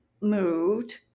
moved